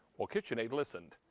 well, kitchenaid listened.